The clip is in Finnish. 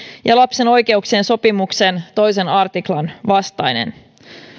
ja lapsen oikeuksien sopimuksen toisen artiklan vastainen